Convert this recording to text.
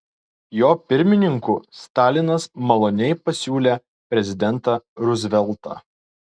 jo pirmininku stalinas maloniai pasiūlė prezidentą ruzveltą